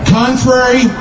contrary